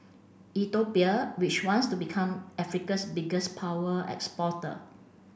Ethiopia which wants to become Africa's biggest power exporter